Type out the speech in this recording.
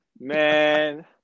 Man